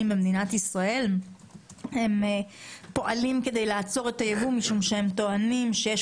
במדינת ישראל שפועלים כדי לעצור את הייבוא משום שהם טוענים שיש